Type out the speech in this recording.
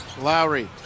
Lowry